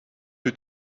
toe